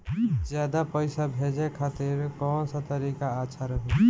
ज्यादा पईसा भेजे खातिर कौन सा तरीका अच्छा रही?